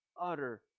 utter